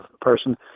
person